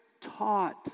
taught